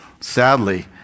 Sadly